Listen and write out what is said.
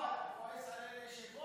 מה שאתה אומר, שומעים פה.